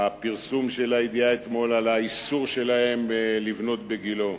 פרסום הידיעה אתמול על האיסור לבנות בגילה,